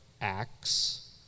Acts